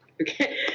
Okay